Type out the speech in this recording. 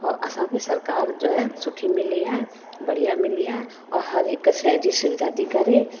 ऐं असांखे सरकारि जो आहे सुठी मिली आहे बढ़िया मिली आहे और हर हिकु शइ जी शिंदा थी करे